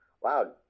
Wow